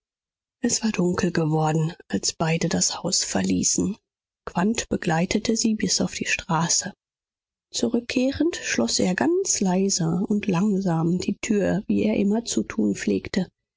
es war dunkel geworden als beide das haus verließen quandt begleitete sie bis auf die straße zurückkehrend schloß er ganz leise und langsam die tür wie er immer zu tun pflegte